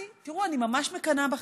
אני ממש מקנאה בכן.